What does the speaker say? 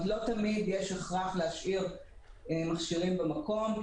לא היה הכרח להשאיר מכשירים במקום,